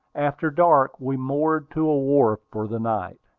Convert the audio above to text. after dark we moored to a wharf for the night.